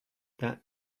that